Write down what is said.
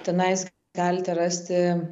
tenais galite rasti